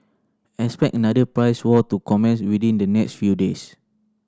expect another price war to commence within the next few days